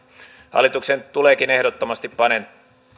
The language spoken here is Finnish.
hallituksen tuleekin ehdottomasti panostaa